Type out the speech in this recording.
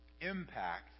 impact